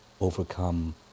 overcome